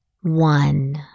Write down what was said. One